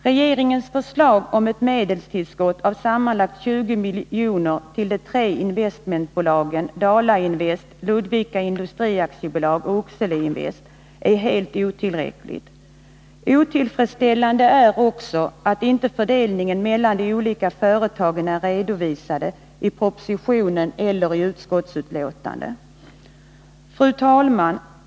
Regeringens förslag om ett medelstillskott av sammanlagt 20 milj.kr. till de tre investmentbolagen Dala-Invest AB, Ludvika Industri AB och Oxelöinvest AB är helt otillräckligt. Otillfredsställande är också att inte föruelningen mellan de olika företagen är redovisad i propositionen eller i utskottsbetänkandet. Fru talman!